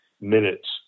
minutes